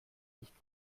nicht